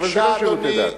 אבל זה לא שירותי דת.